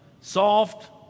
soft